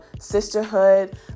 sisterhood